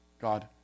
God